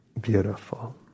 beautiful